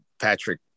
Patrick